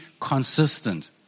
consistent